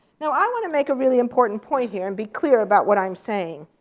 now, i want to make a really important point here and be clear about what i'm saying.